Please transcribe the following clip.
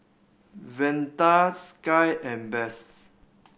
Velda Sky and Bess